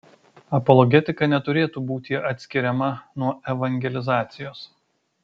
apologetika neturėtų būti atskiriama nuo evangelizacijos